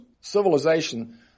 civilization